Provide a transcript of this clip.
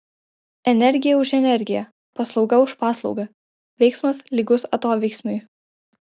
energija už energiją paslauga už paslaugą veiksmas lygus atoveiksmiui